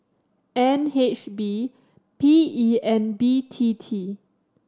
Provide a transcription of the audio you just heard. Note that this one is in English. N H B P E and B T T